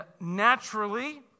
naturally